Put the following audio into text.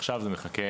עכשיו זה מחכה,